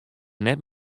net